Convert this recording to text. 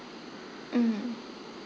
mm